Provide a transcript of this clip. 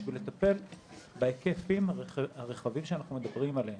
בשביל לטפל בהיקפים הרחבים שאנחנו מדברים עליהם.